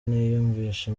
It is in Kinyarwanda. ntiyiyumvisha